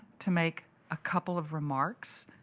to make a couple of remarks,